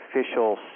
official